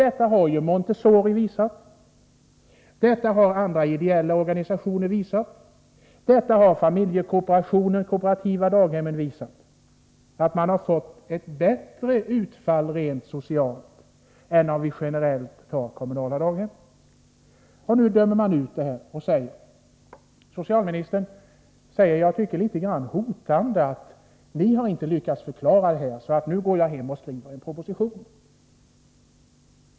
Detta har ju Montessori visat, detta har andra ideella organisationer visat, och detta har familjekooperationen Kooperativa Daghem visat: man har fått ett bättre utfall rent socialt än om man generellt Nr 68 har kommunala daghem. Ra FE . Måndagen den Nu dömer man ut detta, och socialministern säger litet grand hotande: Ni 30 januari 1984 har inte lyckats förklara er, så nu går jag hem och skriver en proposition.